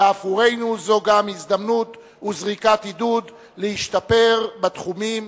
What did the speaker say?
ועבורנו זו גם הזדמנות וזריקת עידוד להשתפר בתחומים